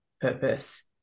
purpose